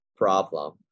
problem